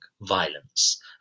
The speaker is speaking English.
violence